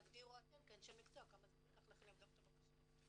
תגדירו אתם כאנשי מקצוע כמה זמן ייקח לכם לבדוק את הבקשות.